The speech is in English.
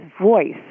voice